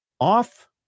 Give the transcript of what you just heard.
off